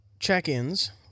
Check-ins